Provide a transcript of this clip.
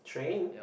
train